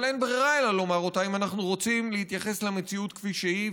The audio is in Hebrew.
אבל אין ברירה אלא לומר אותה אם אנחנו רוצים להתייחס למציאות כפי שהיא,